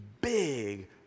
big